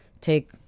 take